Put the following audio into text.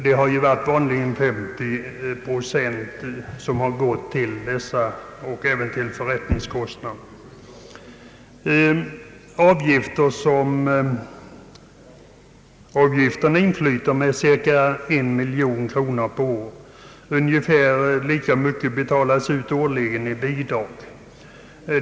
Bidraget har vanligen varit högst 50 procent av de egentliga förrättningskostnaderna. I avgifter inflyter cirka en miljon kronor per år. Ungefär lika mycket betalas ut årligen i bidrag.